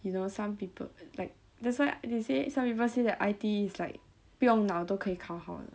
you know some people like that's why they say some people say that I_T_E is like 不用脑都可以考好